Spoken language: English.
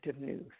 news